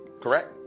Correct